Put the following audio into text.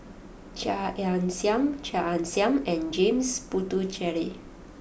Chia Ann Siang Chia Ann Siang and James Puthucheary